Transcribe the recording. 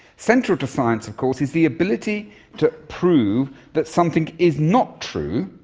central to science of course is the ability to prove that something is not true,